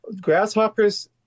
Grasshoppers